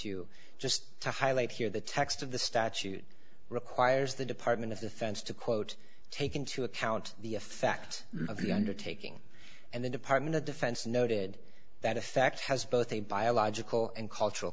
two just to highlight here the text of the statute requires the department of defense to quote take into account the effect of the undertaking and the department of defense noted that affect has both a biological and cultural